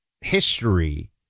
history